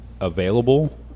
available